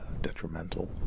detrimental